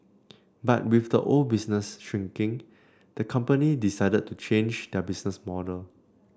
but with the old business shrinking the company decided to change their business model